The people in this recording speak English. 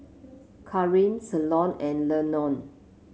Kareem Ceylon and Lenore